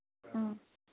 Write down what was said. ꯎꯝ